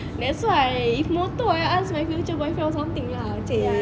that's why if motor I ask my future boyfriend or something lah !chey!